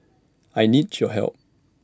I need your help